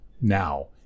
now